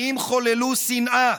האם חוללו שנאה?